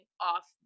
off